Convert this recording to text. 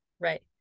Right